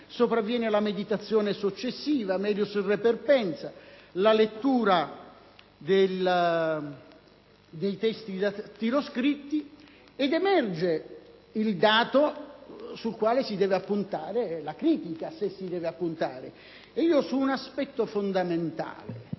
sopravviene però la meditazione successiva, *melius re perpensa*, la lettura dei testi dattiloscritti ed emerge il dato sul quale si deve appuntare la critica, se si deve appuntare. Su un passaggio fondamentale